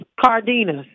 cardenas